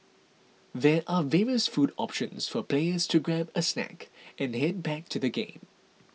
there are various food options for players to grab a snack and head back to the game